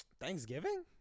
Thanksgiving